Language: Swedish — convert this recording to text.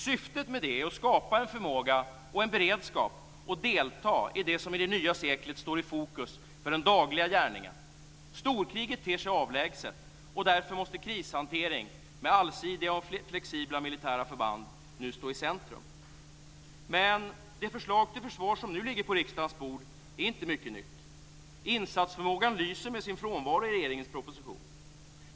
Syftet med det är att skapa en förmåga och en beredskap att delta i det som i det nya seklet står i fokus för den dagliga gärningen. Storkriget ter sig avlägset, och därför måste krishantering med allsidiga och flexibla militära förband nu stå i centrum. Men det förslag till försvar som nu ligger på riksdagens bord är inte mycket nytt. Insatsförmågan lyser med sin frånvaro i regeringens proposition.